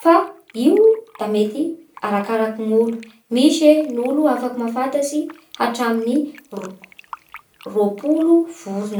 Fa io da mety arakaraky gny olo. Misy e ny olo afaky mahafantatsy hatramin'ny ro- roapolo vorona.